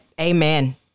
Amen